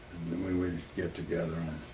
and then we would get together. and